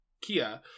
Kia